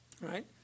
right